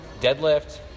deadlift